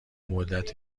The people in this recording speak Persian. مدت